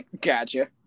Gotcha